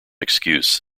excuse